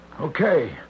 Okay